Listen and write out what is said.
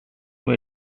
may